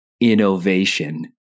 innovation